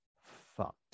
fucked